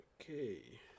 Okay